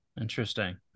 Interesting